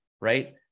right